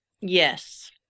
Yes